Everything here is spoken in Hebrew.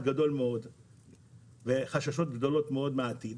גדול מאוד וחששות גדולים מאוד מהעתיד,